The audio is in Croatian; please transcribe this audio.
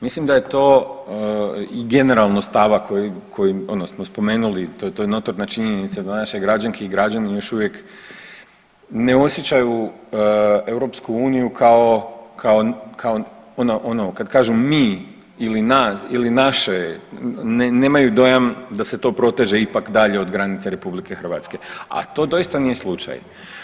Mislim da je to i generalno stava koji smo spomenuli, to je notorna činjenica da naše građanke i građani još uvijek ne osjećaju EU kao ono kad kažu mi ili naše je nemaju dojam da se to proteže ipak dalje od granice RH, a to doista nije slučaj.